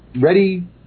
ready